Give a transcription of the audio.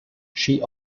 she